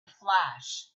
flash